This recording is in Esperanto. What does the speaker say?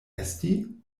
esti